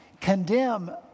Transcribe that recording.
condemn